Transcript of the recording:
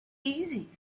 easy